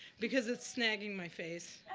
because it's snagging my face.